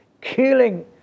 killing